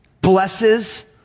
blesses